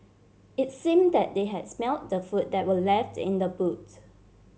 it's seem that they has smelt the food that were left in the boot